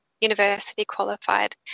university-qualified